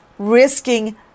Risking